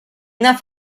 una